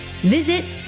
visit